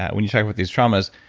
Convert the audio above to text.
when you talk about these traumas,